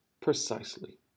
precisely